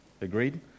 agreed